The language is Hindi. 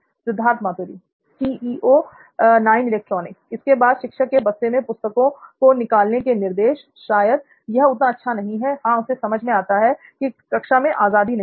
सिद्धार्थ मातुरी इसके बाद शिक्षक के बस्ते से पुस्तकों को निकालने के निर्देश शायद यह उतना अच्छा नहीं है हां उसे समझ में आता है की कक्षा में आजादी नहीं है